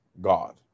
God